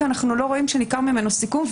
כי אנחנו לא רואים שניכר ממנו סיכון,